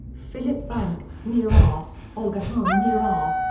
philipp frank, neurath, olga hahn-neurath,